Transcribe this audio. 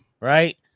right